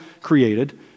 created